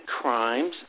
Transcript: crimes